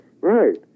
Right